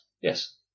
Yes